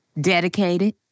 dedicated